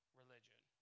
religion